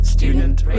Student